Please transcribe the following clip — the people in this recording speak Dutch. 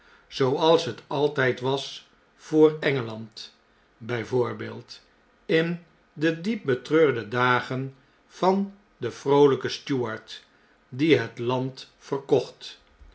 zooals het altijd was voor engeland bij voorbeeld in de diep betreurde dagen van den vroolijken stuart die het land verkocht